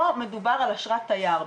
פה מדובר על אשרת תייר.